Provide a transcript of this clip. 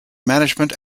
management